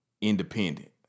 independent